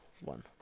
one